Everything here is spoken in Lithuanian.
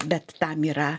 bet tam yra